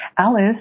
Alice